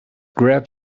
grab